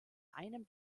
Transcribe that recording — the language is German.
einem